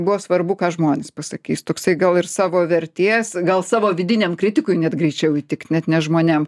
buvo svarbu ką žmonės pasakys toksai gal ir savo vertės gal savo vidiniam kritikui net greičiau įtikt net ne žmonėm